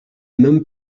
même